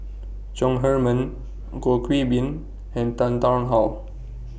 Chong Heman Goh Qiu Bin and Tan Tarn How